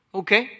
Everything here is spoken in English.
okay